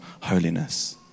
holiness